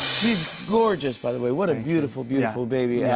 she's gorgeous, by the way. what a beautiful, beautiful baby. yeah